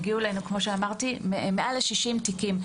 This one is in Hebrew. הגיעו אלינו מעל ל-60 תיקים.